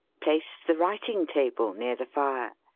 place the writing-table near the fire.